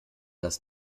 dass